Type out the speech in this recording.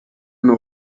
know